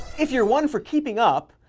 if you're one for keeping up,